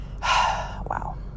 Wow